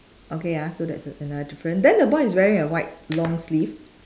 okay ah so that's a~ another difference then the boy is wearing a white long sleeve